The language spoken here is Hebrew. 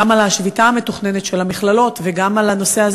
גם על השביתה המתוכננת של המכללות וגם על הנושא הזה,